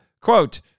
quote